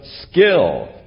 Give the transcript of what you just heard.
skill